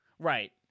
Right